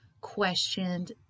questioned